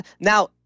Now